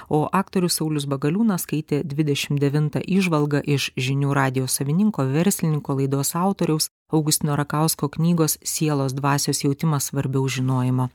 o aktorius saulius bagaliūnas skaitė dvidešim devintą įžvalgą iš žinių radijo savininko verslininko laidos autoriaus augustino rakausko knygos sielos dvasios jautimas svarbiau žinojimo